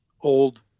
old